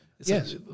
Yes